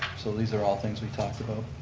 so these are all things we've talked about.